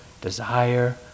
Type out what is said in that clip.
desire